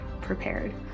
prepared